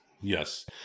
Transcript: Yes